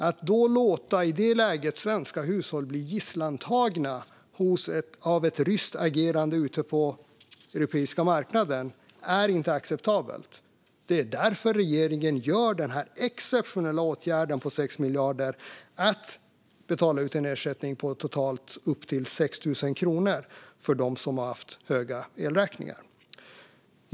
Att i det läget låta svenska hushåll bli gisslantagna, av ett ryskt agerande ute på den europeiska marknaden, är inte acceptabelt. Det är därför regeringen gör den här exceptionella åtgärden på 6 miljarder som ska betalas ut som en ersättning på totalt upp till 6 000 kronor för dem som har haft höga elräkningar.